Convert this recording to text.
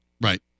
Right